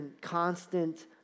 constant